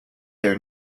their